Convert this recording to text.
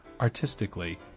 artistically